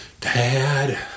dad